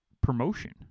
promotion